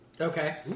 Okay